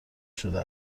شده